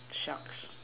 sharks